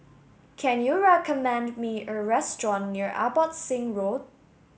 can you recommend me a restaurant near Abbotsingh Road